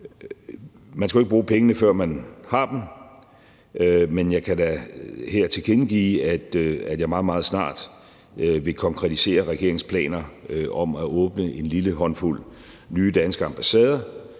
Man skal jo ikke bruge pengene, før man har dem, men jeg kan da her tilkendegive, at jeg meget, meget snart vil konkretisere regeringens planer om at åbne en lille håndfuld nye danske ambassader